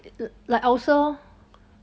like ulcer orh